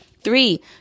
Three